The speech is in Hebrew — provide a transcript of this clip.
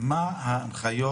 מה ההנחיות?